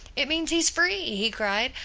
it means he's free! he cried,